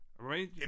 Right